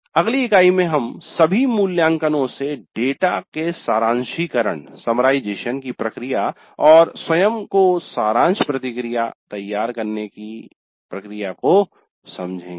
अगली इकाई में हम सभी मूल्यांकनों से डेटा के सारांशीकरण की प्रक्रिया और स्वयं को सारांश प्रतिक्रिया तैयार करने की प्रक्रिया को समझेंगे